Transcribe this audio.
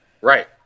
Right